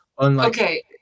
Okay